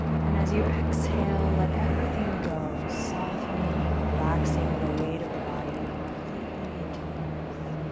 and as you exhale, let everything go, softening relaxing the weight of the body completely into the earth.